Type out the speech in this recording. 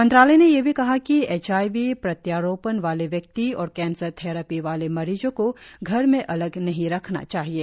मंत्रालय ने यह भी कहा कि एचआईवी प्रत्यारोपण वाले व्यक्ति और कैंसर थैरेपी वाले मरीजों को घर में अलग नहीं रखना चाहिये